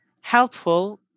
helpful